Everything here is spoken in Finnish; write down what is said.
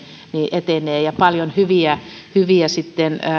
etenee ja paljon hyviä hyviä sitten